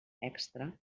extra